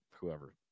whoever